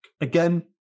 again